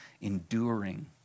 enduring